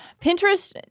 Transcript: Pinterest